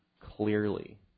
clearly